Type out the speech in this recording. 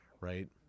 right